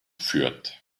fürth